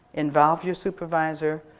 involve your supervisor,